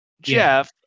Jeff